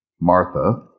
Martha